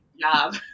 job